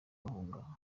bahunga